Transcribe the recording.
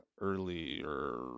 earlier